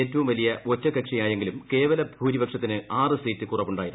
ഏറ്റവും വലിയ ഒറ്റക്കക്ഷിയായെങ്കിലും കേവല ഭൂരിപക്ഷത്തിന് ആറ് സീറ്റ് കുറവുണ്ടായിരുന്നു